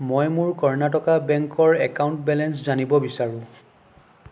মই মোৰ কৰ্ণাটকা বেংকৰ একাউণ্ট বেলেঞ্চ জানিব বিচাৰোঁ